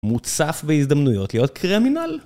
מוצף בהזדמנויות להיות קרימינל?